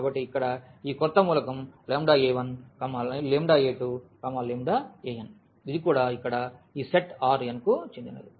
కాబట్టి ఇక్కడ ఈ కొత్త మూలకం a1a2an ఇది కూడా ఇక్కడ ఈ సెట్ Rn కు చెందినది